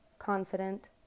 confident